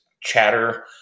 chatter